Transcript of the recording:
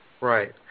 Right